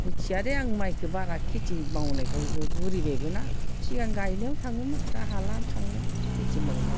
मिथिया दे आं माइखौ बारा खेथि मावनायखायबो बुरैबायबोना सिगां गायनायाव थाङोमोन दा हाला थांनो खेथि मावनो